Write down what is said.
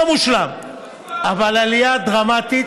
לא מושלם, אבל עלייה דרמטית,